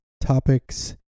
topics